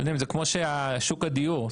זה כמו ששוק הדיור,